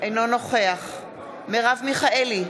אינו נוכח מרב מיכאלי,